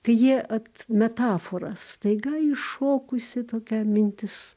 kai jie ot metaforas staiga iššokusi tokia mintis